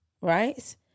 right